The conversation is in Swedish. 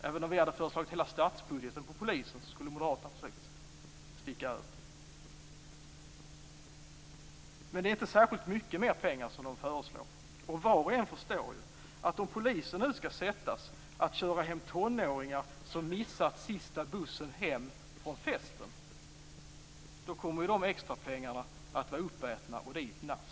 Även om vi hade föreslagit att hela statsbudgeten skulle gå till polisen skulle moderaterna har försökt att sticka över. Men det är inte särskilt mycket mer pengar som moderaterna föreslår. Var och en förstår ju att om polisen skall köra hem tonåringar som missat sista bussen hem från festen, ja, då kommer de extrapengarna att vara uppätna i ett nafs.